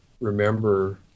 remember